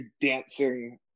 dancing